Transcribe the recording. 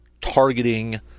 targeting